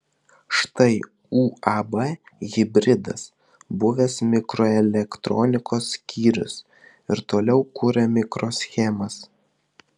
štai uab hibridas buvęs mikroelektronikos skyrius ir toliau kuria mikroschemas